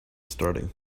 starting